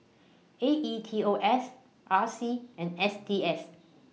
A E T O S R C and S T S